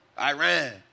Iran